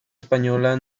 española